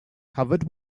covered